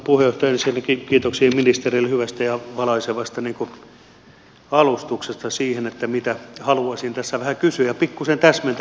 ensinnäkin kiitoksia ministerille hyvästä ja valaisevasta alustuksesta siihen mitä haluaisin tässä vähän kysyä ja pikkuisen täsmentää